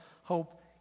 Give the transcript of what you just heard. hope